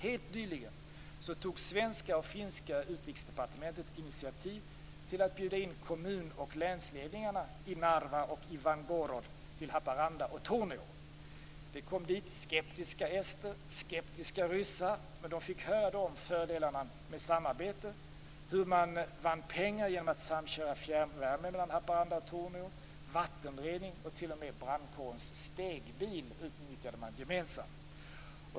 Helt nyligen tog de svenska och finska utrikesdepartementen initiativ till att bjuda in kommun och länsledningarna i Narva och Ivangorod till Haparanda och Torneå. Skeptiska ester och skeptiska ryssar kom dit. Men de fick höra om fördelarna med samarbete, om hur man vann pengar genom att samköra fjärrvärme mellan Haparanda och Torneå och om vattenrening. T.o.m. brandkårens stegbil utnyttjade man gemensamt!